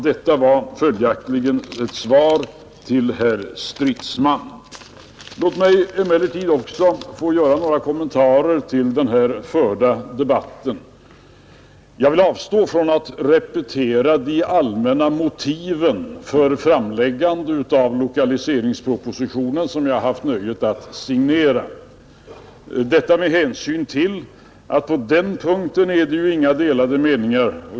Detta var följaktligen ett svar till herr Stridsman. Låt mig emellertid också få göra några kommentarer till den här förda debatten. Jag vill avstå från att repetera de allmänna motiven för framläggandet av lokaliseringspropositionen, som jag har haft nöjet att signera; detta med hänsyn till att det på den punkten inte råder delade meningar.